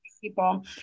People